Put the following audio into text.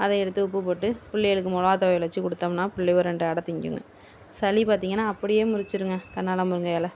அதை எடுத்து உப்பு போட்டு பிள்ளைகளுக்கு மிளகா துவையல் வச்சு கொடுத்தோம்னா பிள்ளைகளுக்கு ரெண்டு அடை திங்குங்க சளி பார்த்திங்கனா அப்படியே முறிச்சுடுங்க கல்யாண முருங்கை இலை